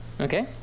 Okay